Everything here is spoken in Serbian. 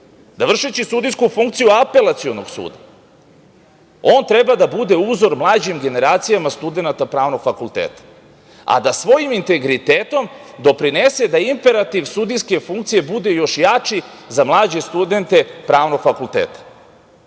vršeći sudijsku funkciju Apelacionog suda, treba da bude uzor mlađim generacijama studenata pravnog fakulteta, a da svojim integritetom doprinese da imperativ sudijske funkcije bude još jači za mlađe studente Pravnog fakulteta,